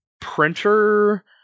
printer